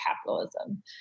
capitalism